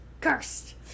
Cursed